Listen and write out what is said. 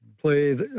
play